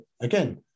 again